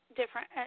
different